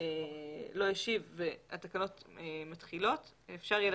והתקנות מתחילות, אפשר יהיה